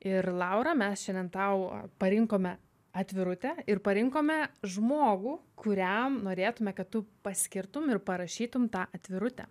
ir laura mes šiandien tau parinkome atvirutę ir parinkome žmogų kuriam norėtume kad tu paskirtum ir parašytum tą atvirutę